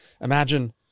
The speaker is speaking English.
imagine